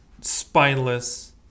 spineless